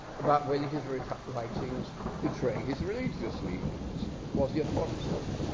about whether his writings betray his religious leanings was he a protestant,